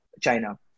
china